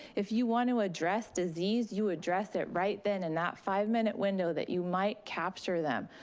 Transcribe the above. if you want to address disease, you address it right then in that five minute window that you might capture them.